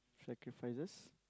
sacrifices